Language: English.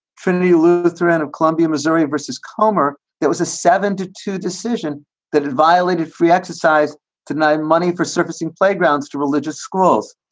trinity lutheran of columbia, missouri, versus colmar. that was a seven to two decision that violated free exercise to no money for surfacing playgrounds to religious schools.